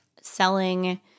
selling